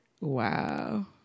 Wow